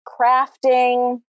crafting